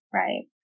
right